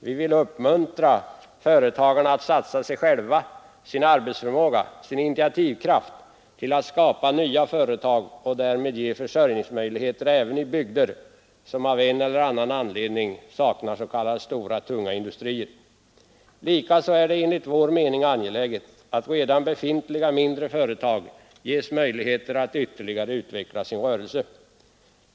Vi vill uppmuntra företagarna att satsa sig själva, sin arbetsförmåga och sin initiativkraft på att skapa nya företag och därmed ge försörjningsmöjligheter även i bygder, som av en eller annan anledning saknar s.k. stora, tunga industrier. Likaså är det enligt vår mening angeläget att redan befintliga mindre företag ges möjligheter att ytterligare utveckla sin rörelse.